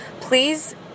please